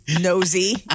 nosy